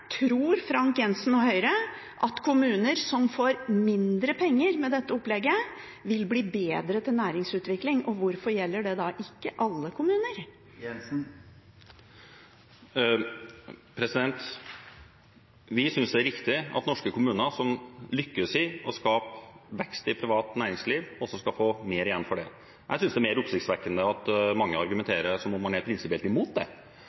Tror Frank Jenssen og Høyre at kommuner som får mindre penger med dette opplegget, vil bli bedre til næringsutvikling, og hvorfor gjelder det da ikke alle kommuner? Vi synes det er riktig at norske kommuner som lykkes i å skape vekst i privat næringsliv, skal få mer igjen for det. Jeg synes det er mer oppsiktsvekkende at mange argumenterer som om man er prinsipielt imot